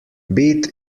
bit